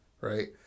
right